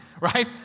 right